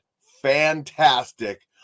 fantastic